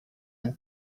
and